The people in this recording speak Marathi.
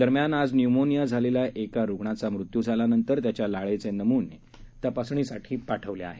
दरम्यान आज न्यूमोनिया झालेल्या एका रुग्णाचा मृत्यू झाल्यानंतर त्याच्या लाळेचे नमुने तपासणीसाठी पाठवले आहेत